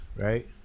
right